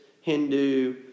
Hindu